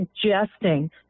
suggesting